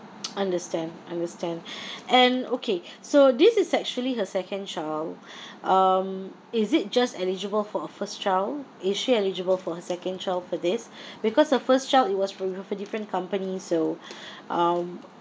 understand understand and okay so this is actually her second child um is it just eligible for a first child is she eligible for her second child for this because the first child it was with her different company so um